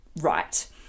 right